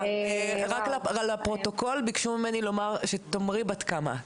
רק לפרוטוקול ביקשו ממני שתאמרי בת כמה את?